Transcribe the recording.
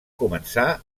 començar